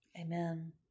Amen